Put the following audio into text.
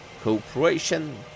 Cooperation